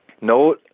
No